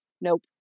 nope